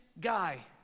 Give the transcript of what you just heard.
guy